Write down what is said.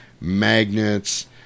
magnets